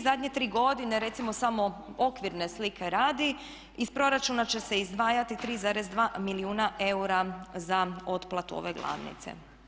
Zadnje tri godine recimo samo okvirne slike radi iz proračuna će se izdvajati 3,2 milijuna eura za otplatu ove glavnice.